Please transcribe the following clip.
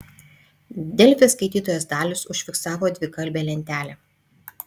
delfi skaitytojas dalius užfiksavo dvikalbę lentelę